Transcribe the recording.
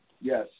Yes